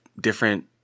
different